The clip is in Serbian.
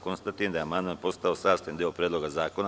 Konstatujem da je amandman postao sastavni deo Predloga zakona.